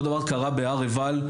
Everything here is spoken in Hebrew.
אותו דבר קרה בהר עיבל.